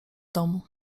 domu